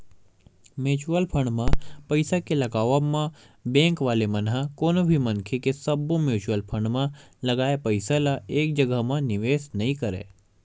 mutual fund म पइसा के लगावब म बेंक वाले मन ह कोनो भी मनखे के सब्बो म्युचुअल फंड म लगाए पइसा ल एक जघा म निवेस नइ करय